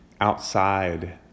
outside